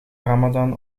ramadan